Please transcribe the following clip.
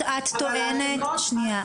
את טוענת, שנייה.